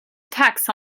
attacks